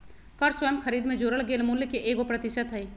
कर स्वयं खरीद में जोड़ल गेल मूल्य के एगो प्रतिशत हइ